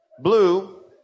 Blue